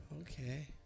Okay